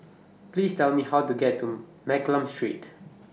Please Tell Me How to get to Mccallum Street